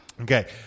Okay